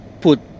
put